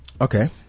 Okay